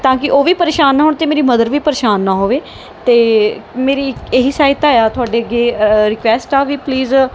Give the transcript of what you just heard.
ਤਾਂ ਕਿ ਉਹ ਵੀ ਪ੍ਰੇਸ਼ਾਨ ਨਾ ਹੋਣ ਅਤੇ ਮੇਰੀ ਮਦਰ ਵੀ ਪ੍ਰੇਸ਼ਾਨ ਨਾ ਹੋਵੇ ਅਤੇ ਮੇਰੀ ਇਹੀ ਸਹਾਇਤਾ ਆ ਤੁਹਾਡੇ ਅੱਗੇ ਰਿਕੁਐਸਟ ਆ ਵੀ ਪਲੀਜ਼